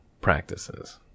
practices